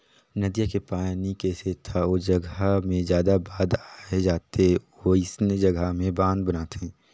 नदिया के पानी के सेथा ओ जघा मे जादा बाद आए जाथे वोइसने जघा में बांध बनाथे